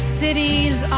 cities